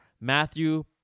Matthew